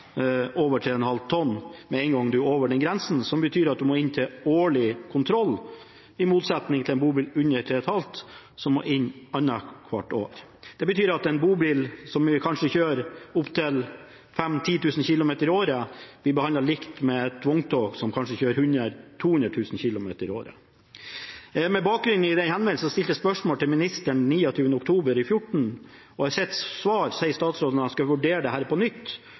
over 3,5 tonn. Med en gang man er over den grensen, må man inn til årlig kontroll, i motsetning til en bobil under 3,5 tonn, som må inn annethvert år. Det betyr at en bobil som man kanskje kjører opptil 5 000–10 000 km i året, blir behandlet likt med et vogntog som kanskje kjører 100 000–200 000 km i året. Med bakgrunn i denne henvendelsen stilte jeg spørsmål til ministeren om dette 29. oktober 2014, og i sitt svar sier statsråden at han skal vurdere dette på nytt,